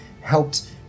helped